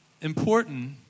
important